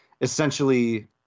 essentially